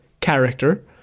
character